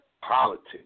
politics